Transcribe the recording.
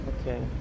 Okay